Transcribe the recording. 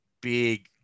big